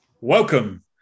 welcome